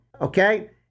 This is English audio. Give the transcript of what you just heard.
Okay